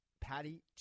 Patty